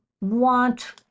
want